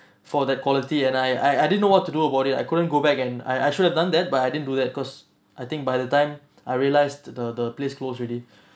for that quality and I I didn't know what to do about it I couldn't go back and I I should have done that but I didn't do that cause I think by the time I realized the the place closed already